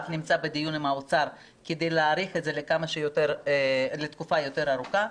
בדיון עם האוצר כדי להאריך את זה לתקופה יותר ארוכה.